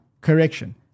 correction